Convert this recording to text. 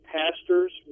pastors